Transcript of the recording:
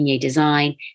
Design